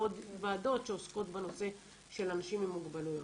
עוד ועדות שעוסקות בנושא של אנשים עם מוגבלויות.